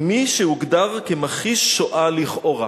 עם מי שהוגדר מכחיש השואה לכאורה.